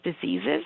diseases